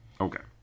Okay